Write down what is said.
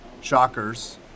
Shockers